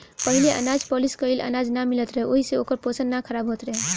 पहिले अनाज पॉलिश कइल अनाज ना मिलत रहे ओहि से ओकर पोषण ना खराब होत रहे